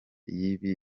y’ibi